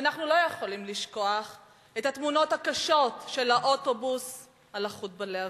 ואנחנו לא יכולים לשכוח את התמונות הקשות של האוטובוס הלכוד בלהבות.